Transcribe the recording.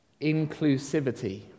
inclusivity